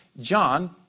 John